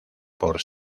por